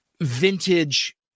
vintage